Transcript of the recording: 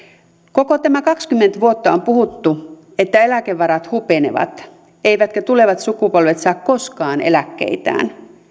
koko tämä kaksikymmentä vuotta on puhuttu että eläkevarat hupenevat eivätkä tulevat sukupolvet saa koskaan eläkkeitään